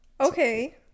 okay